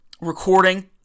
recording